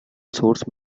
source